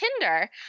tinder